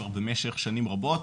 כבר במשך שנים רבות.